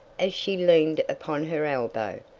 as she leaned upon her elbow.